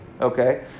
okay